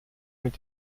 mit